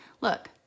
look